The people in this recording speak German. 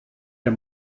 der